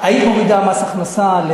היית מורידה מס הכנסה?